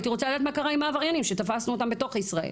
הייתי רוצה לדעת מה קרה עם העבריינים שתפסנו אותם בתוך ישראל